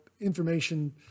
information